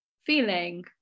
feeling